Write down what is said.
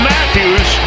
Matthews